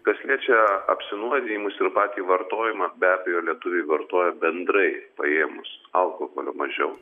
kas liečia apsinuodijimus ir patį vartojimą be abejo lietuviai vartoja bendrai paėmus alkoholio mažiau